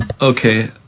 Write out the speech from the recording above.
Okay